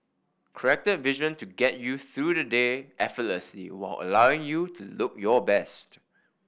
corrected vision to get you through the day effortlessly while allowing you to look your best